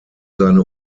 seine